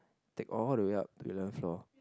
take all the way up to eleventh floor